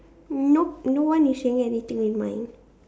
no no one is saying anything with mine